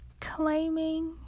claiming